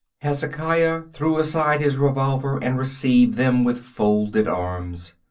hezekiah threw aside his revolver and received them with folded arms.